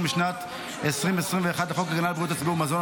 משנת 2021 בחוק הגנה על בריאות הציבור (מזון),